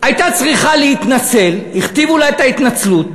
הייתה צריכה להתנצל, הכתיבו לה את ההתנצלות,